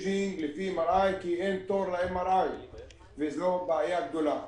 כי לא היה תור ל-MRI וזו בעיה גדולה.